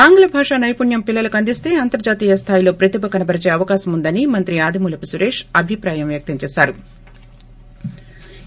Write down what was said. ఆంగ్ల భాష నైపుణ్యం పిల్లలకు అందిస్తే అంతర్హతీయ స్లాయిలో ప్రతిభ కనపరిచే అవకాశం ఉందని మంత్రి ఆదిమూలపు సురేష్ అభిప్రాయం వ్యక్తం చేసారు